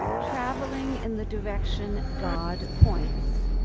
traveling in the direction god points